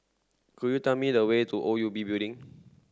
could you tell me the way to O U B Building